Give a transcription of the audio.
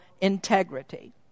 integrity